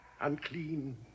Unclean